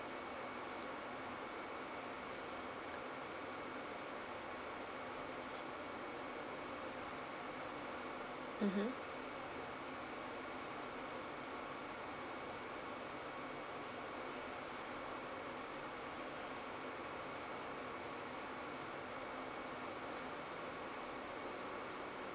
mmhmm